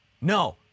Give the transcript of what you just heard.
No